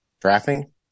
Drafting